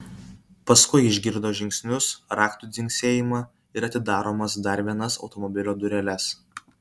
paskui išgirdo žingsnius raktų dzingsėjimą ir atidaromas dar vienas automobilio dureles